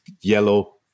yellow